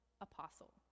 apostle